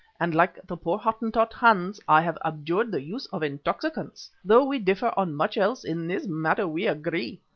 and like the poor hottentot, hans, i have abjured the use of intoxicants. though we differ on much else, in this matter we agree.